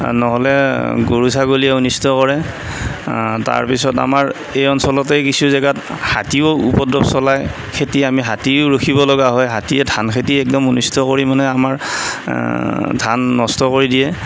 নহ'লে গৰু ছাগলীয়ে অনিষ্ট কৰে তাৰপিছত আমাৰ এই অঞ্চলতেই কিছু জেগাত হাতীও উপদ্ৰৱ চলায় খেতি আমি হাতীও ৰখিব লগা হয় হাতীয়ে ধান খেতি একদম অনিষ্ট কৰি মানে আমাৰ ধান নষ্ট কৰি দিয়ে